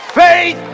faith